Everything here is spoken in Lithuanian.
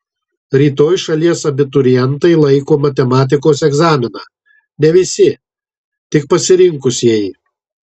rytoj šalies abiturientai laiko matematikos egzaminą ne visi tik pasirinkusieji